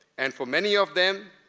and for many of them,